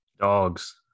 Dogs